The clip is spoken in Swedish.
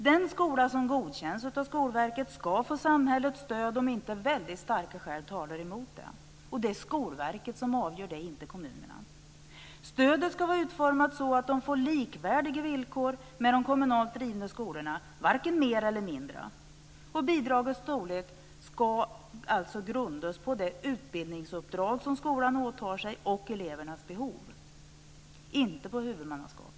Den skola som godkänns av Skolverket ska få samhällets stöd, om inte väldigt starka skäl talar emot det. Och det är Skolverket som avgör det, inte kommunerna. 3. Stödet ska vara utformat så att de får likvärdiga villkor med de kommunalt drivna skolorna - varken mer eller mindre. Bidragets storlek ska alltså grundas på det utbildningsuppdrag som skolan åtar sig och på elevernas behov, inte på huvudmannaskap. 4.